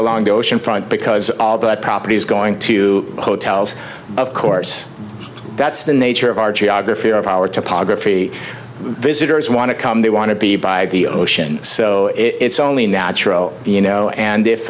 a on the ocean front because all that property is going to hotels of course that's the nature of our geography of our topography visitors want to come they want to be by the ocean so it's only natural you know and